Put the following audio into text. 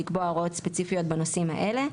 לקבוע הוראות ספציפיות בנושאים האלו,